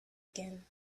again